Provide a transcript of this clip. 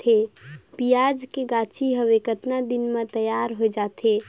पियाज के गाछी हवे कतना दिन म तैयार हों जा थे?